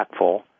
impactful